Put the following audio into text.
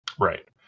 Right